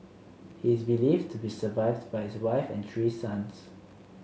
he is believed to be survived by his wife and three sons